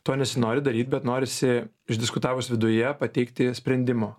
to nesinori daryt bet norisi išdiskutavus viduje pateikti sprendimo